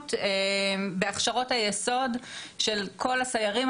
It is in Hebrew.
האחרונות בהכשרות היסוד של כל הסיירים,